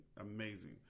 Amazing